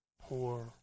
poor